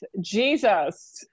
Jesus